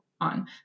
on